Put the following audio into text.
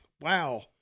Wow